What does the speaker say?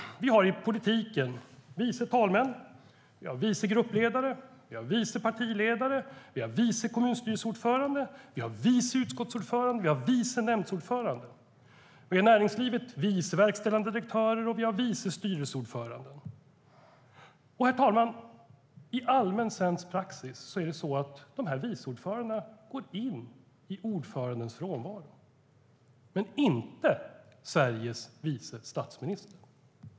Vi har i politiken vice talmän. Vi har vice gruppledare. Vi har vice partiledare. Vi har vice kommunstyrelseordförande. Vi har vice utskottsordförande. Vi har vice nämndordförande. Vi har i näringslivet vice verkställande direktörer, och vi har vice styrelseordförande. Herr talman! I allmän svensk praxis går de här vice ordförandena in i ordförandenas frånvaro, men det gör inte Sveriges vice statsminister.